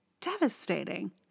devastating